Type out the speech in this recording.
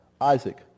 Isaac